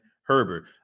Herbert